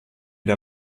der